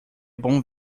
bom